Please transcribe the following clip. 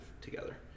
together